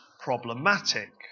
problematic